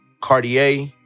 Cartier